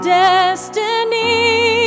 destiny